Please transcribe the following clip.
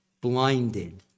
blinded